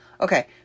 Okay